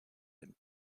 him